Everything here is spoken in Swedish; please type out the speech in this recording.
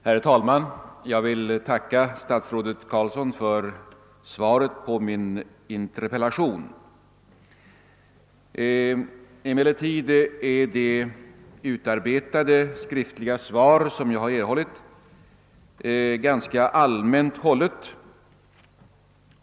Herr talman! Jag vill tacka statsrådet Carlsson för svaret på min interpellation. Emellertid är det skriftligt utarbetade svar som jag har erhållit ganska allmänt hållet.